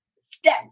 step